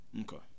Okay